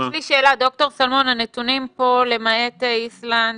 הנתונים פה, למעט איסלנד,